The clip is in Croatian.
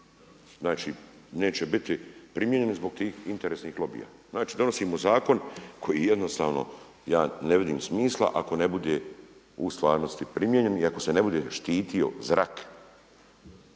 neće biti primijenjen zbog tih interesnih lobija. Znači, donosimo zakon koji jednostavno, ja ne vidim smisla ako ne bude u stvarnosti primijenjen i kako se ne bude štitio zrak,